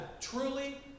truly